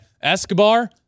Escobar